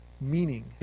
meaning